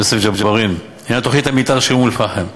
יוסף ג'בארין, לעניין תוכנית המתאר של אום-אלפחם,